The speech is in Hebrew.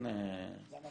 למה לא?